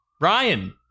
Ryan